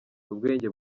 ubwenge